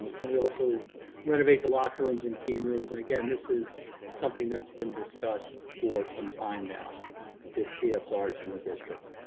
then we also renovate the locker rooms and team rooms. and again, this is something that's been discussed for some time now with ah csarch in the district.